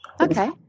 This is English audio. Okay